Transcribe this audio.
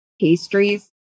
pastries